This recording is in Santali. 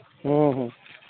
ᱦᱩᱸ ᱦᱩᱸ